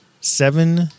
seven